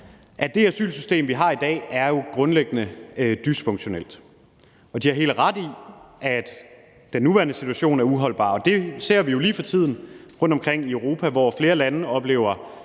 at det asylsystem, vi har i dag, jo grundlæggende er dysfunktionelt. De har helt ret i, at den nuværende situation er uholdbar, og det ser vi jo lige for tiden rundt omkring i Europa, hvor flere lande oplever